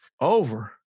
Over